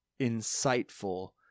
insightful